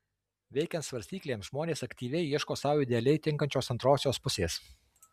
veikiant svarstyklėms žmonės aktyviai ieško sau idealiai tinkančios antrosios pusės